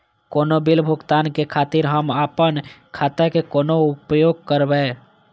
कोनो बील भुगतान के खातिर हम आपन खाता के कोना उपयोग करबै?